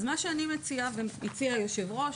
אז מה שאני מציעה, והציע יושב הראש,